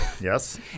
Yes